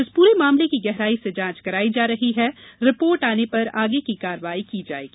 इस पूरे मामले की गहराई से जांच कराई जा रही है रिपोर्ट आने पर आगे की कार्यवाही की जायेगी